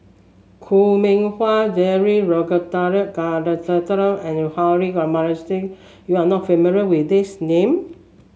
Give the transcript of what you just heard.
Koh Mui Hiang Julie Ragunathar Kanagasuntheram and Harun Aminurrashid you are not familiar with these name